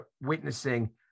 witnessing